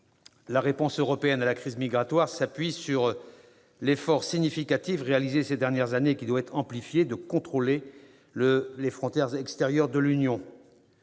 la réponse européenne à la crise migratoire s'appuie sur un effort significatif, réalisé ces dernières années et qui doit être amplifié, pour renforcer le contrôle des frontières extérieures de l'Union.